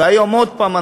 והיום עוד פעם,